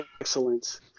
excellence